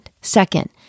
Second